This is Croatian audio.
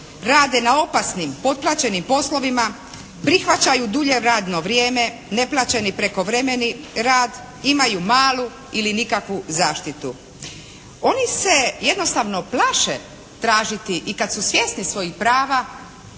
rade na opasnim potplaćenim poslovima, prihvaćaju dulje radno vrijeme, neplaćeni prekovremeni rad, imaju malu ili nikakvu zaštitu. Oni se jednostavno plaše tražiti i kad su svjesni svojih prava,